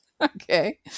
okay